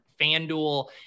FanDuel